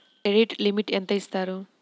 Credit limit ఎంత ఇస్తారు?